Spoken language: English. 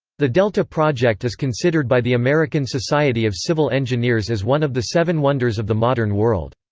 the delta project is considered by the american society of civil engineers as one of the seven wonders of the modern world.